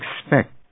expect